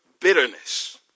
bitterness